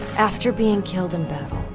after being killed in battle,